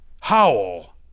Howl